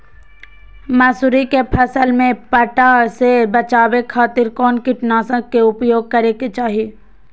मसूरी के फसल में पट्टा से बचावे खातिर कौन कीटनाशक के उपयोग करे के चाही?